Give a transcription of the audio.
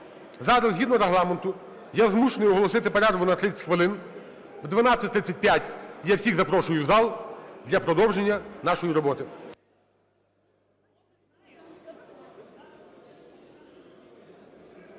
зараз, згідно Регламенту, я змушений оголосити перерву на 30 хвилин. О 12:35 я всіх запрошую в зал для продовження нашої роботи.